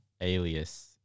alias